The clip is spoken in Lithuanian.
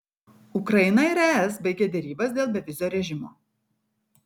ukraina ir es baigė derybas dėl bevizio režimo